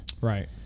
right